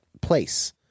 place